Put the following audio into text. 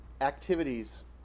activities